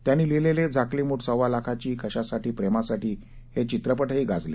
त्यांनी लिहिलेले झाकली मूठ सव्वा लाखाची कशासाठी प्रेमासाठी हे चित्रपटही गाजले